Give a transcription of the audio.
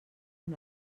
amb